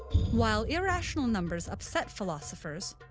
while irrational numbers upset philosophers,